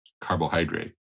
carbohydrate